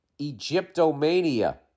Egyptomania